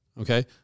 Okay